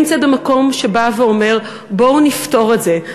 אני נמצאת במקום שבא ואומר, בואו נפתור את זה.